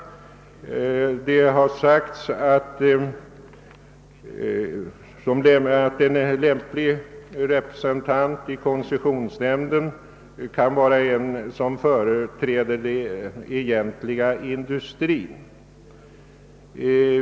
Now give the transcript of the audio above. Det har sagts att en ledamot av koncessionsnämnden bör vara företrädare för den egentliga industrin.